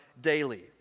daily